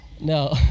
no